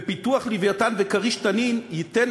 ופיתוח "לווייתן" ו"כריש" "תנין" ייתן